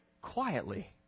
quietly